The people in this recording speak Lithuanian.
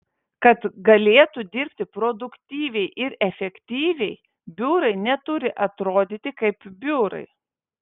kad galėtų dirbti produktyviai ir efektyviai biurai neturi atrodyti kaip biurai